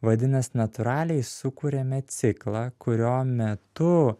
vadinas natūraliai sukuriame ciklą kurio metu